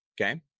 okay